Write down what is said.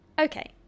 Okay